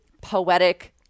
poetic